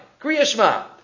Kriyashma